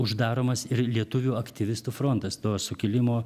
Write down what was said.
uždaromas ir lietuvių aktyvistų frontas to sukilimo